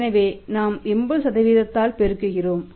எனவே நாம் 80 ஆல் பெருக்குகிறோம்